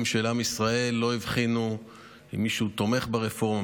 של עם ישראל לא הבחינו אם מישהו תומך ברפורמה,